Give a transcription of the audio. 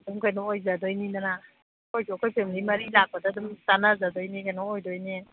ꯑꯗꯨꯝ ꯀꯩꯅꯣ ꯑꯣꯏꯖꯗꯣꯏꯅꯤꯗꯅ ꯑꯩꯈꯣꯏꯁꯨ ꯑꯩꯈꯣꯏ ꯐꯦꯝꯂꯤ ꯃꯔꯤ ꯂꯥꯛꯄꯗ ꯑꯗꯨꯝ ꯆꯥꯟꯅꯖꯗꯣꯏꯅꯤ ꯀꯩꯅꯣ ꯑꯣꯏꯗꯣꯏꯅꯦ